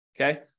Okay